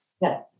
Yes